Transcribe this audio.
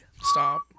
Stop